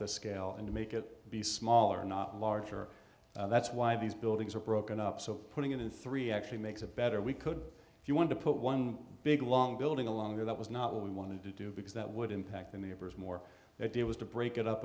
the scale and make it be smaller not larger that's why these buildings are broken up so putting it in three actually makes it better we could if you want to put one big long building along or that was not what we wanted to do because that would impact the neighbors more the idea was to break it up